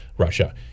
Russia